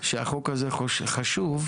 שהחוק הזה חשוב,